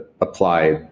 apply